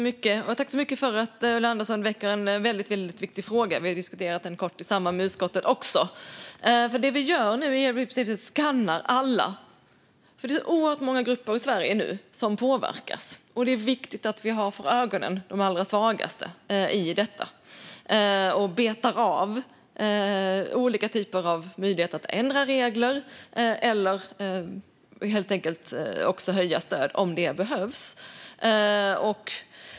Fru talman! Jag tackar så mycket för att Ulla Andersson väcker en väldigt viktig fråga. Vi har diskuterat den kort också i utskottet. Det vi gör nu är att vi skannar alla. Det finns oerhört många grupper i Sverige som påverkas nu, och det är viktigt att vi i detta har de allra svagaste för ögonen och betar av olika möjligheter att ändra regler eller helt enkelt höja stöd om det behövs.